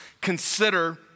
consider